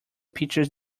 pinches